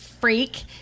freak